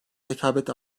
rekabet